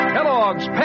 Kellogg's